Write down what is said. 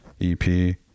EP